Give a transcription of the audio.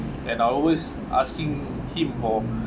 and I always asking him for